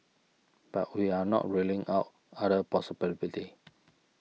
but we are not ruling out other possibilities